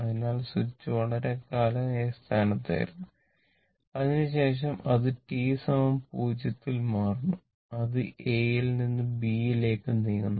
അതിനാൽ സ്വിച്ച് വളരെക്കാലം A സ്ഥാനത്തായിരുന്നു അതിനുശേഷം അത് t 0 ൽ മാറുന്നു അത് A യിൽ നിന്ന് B യിലേക്ക് നീങ്ങുന്നു